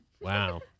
Wow